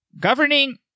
Governing